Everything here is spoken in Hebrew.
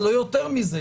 לא יותר מזה,